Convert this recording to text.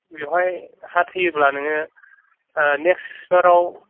बेवहाय हा थोयोब्ला नोङो ओ नेक्स्त बाराव